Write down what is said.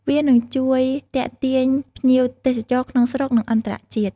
វានឹងជួយទាក់ទាញភ្ញៀវទេសចរក្នុងស្រុកនិងអន្តរជាតិ។